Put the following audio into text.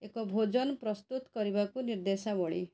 ଏକ ଭୋଜନ ପ୍ରସ୍ତୁତ କରିବାକୁ ନିର୍ଦ୍ଦେଶାବଳୀ